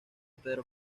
pedro